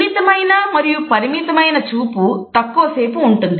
సున్నితమైన మరియు పరిమితమైన చూపు తక్కువ సేపు ఉంటుంది